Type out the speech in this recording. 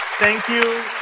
thank you.